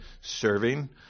serving